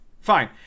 fine